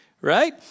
right